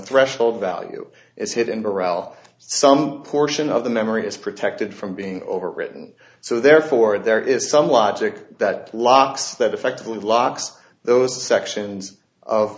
burrell some portion of the memory is protected from being overwritten so therefore there is some logic that locks that effectively locks those sections o